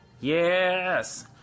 Yes